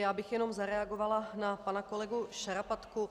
Já bych jenom zareagovala na pana kolegu Šarapatku.